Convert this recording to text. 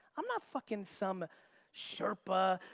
i'm not fucking some sherpa,